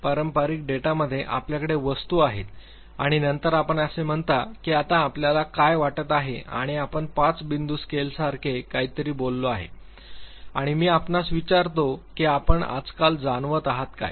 पारंपारिक डेटामध्ये आपल्याकडे वस्तू आहेत आणि नंतर आपण असे म्हणता की आत्ता आपल्याला काय वाटत आहे आणि आपण पाच बिंदू स्केलसारखे काहीतरी बोलले आहे किंवा मी आपणास विचारतो की आपण आजकाल जाणवत आहात काय